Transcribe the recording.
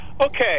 Okay